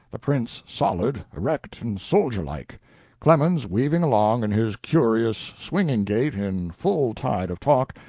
the prince solid, erect, and soldier-like clemens weaving along in his curious, swinging gait, in full tide of talk,